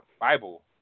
Bible